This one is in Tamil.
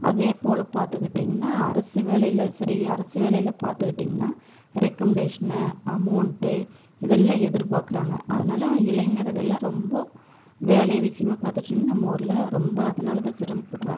அதே போல் பார்த்துக்கிட்டிங்னா அரசு வேலையில் சரி அரசு வேலையில் பார்த்துக்கிட்டிங்னா ரெக்கமண்டேஷனு அமௌண்ட்டு இதெல்லாம் எதிர் பாக்கிறாங்க அதனால் இளைஞர்களை ரொம்ப வேலை விஷயமா பார்த்துக்கிட்டிங்னா நம்மூரில் ரொம்ப அதனால் தான் சிரமபடுறாங்க